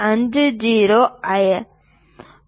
50 ஆக இருக்கும்